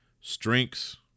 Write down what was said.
Strengths